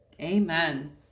Amen